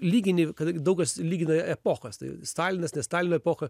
lygini kad daug kas lygina epochas tai stalinas tai stalino epocha